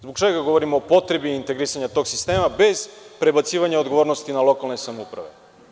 Zbog čega govorimo o potrebi integrisanja tog sistema bez prebacivanja odgovornosti na lokalne samouprave?